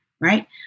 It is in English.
right